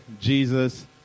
Jesus